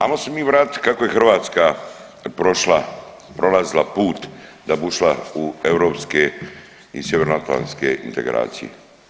Ajmo se mi vratiti kako je Hrvatska prošla, prolazila put da bi ušla i europske i sjevernoatlantske integracije.